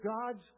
God's